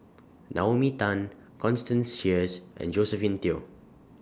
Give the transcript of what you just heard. Naomi Tan Constance Sheares and Josephine Teo